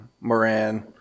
Moran